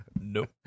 Nope